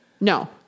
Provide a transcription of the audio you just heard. No